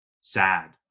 sad